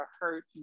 hurt